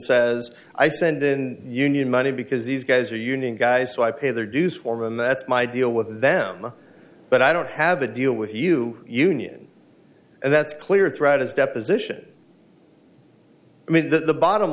says i send in union money because these guys are union guys so i pay their dues foreman that's my deal with them but i don't have a deal with you union and that's clear throughout his deposition i mean the bottom